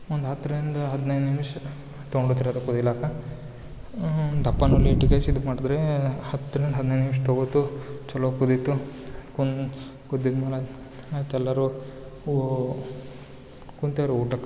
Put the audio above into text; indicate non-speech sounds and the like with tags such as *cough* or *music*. ಒಂದು ಹತ್ರಿಂದ ಹದಿನೈದು ನಿಮಿಷ ತೊಗೊಂಡೇತ್ರಿ ಅದು ಕುದಿಯಾಕ ದಪ್ಪನೂ *unintelligible* ಮಾಡ್ದೆ ರೀ ಹತ್ರಿಂದ ಹದಿನೈದು ನಿಮಿಷ ತೊಗೋತು ಚಲೋ ಕುದಿತು ಕುನ್ ಕುದ್ದೀದ ಮೇಲೆ ಐತೆಲ್ಲರು ಕುಂತರು ಊಟಕ್ಕೆ